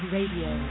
Radio